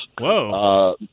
whoa